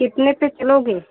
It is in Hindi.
कितने पर चलोगे